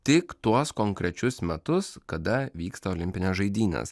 tik tuos konkrečius metus kada vyksta olimpinės žaidynės